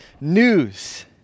news